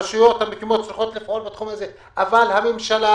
הרשויות המקומיות צריכות לפעול בתחום הזה אבל הממשלה